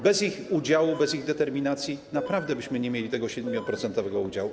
Bez ich udziału, bez ich determinacji naprawdę nie mielibyśmy tego 7-procentowego udziału.